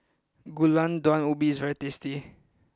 Gulai Daun Ubi is very tasty